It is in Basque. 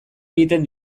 egiten